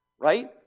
Right